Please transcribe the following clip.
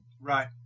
Right